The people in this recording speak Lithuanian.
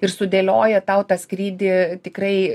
ir sudėlioja tau tą skrydį tikrai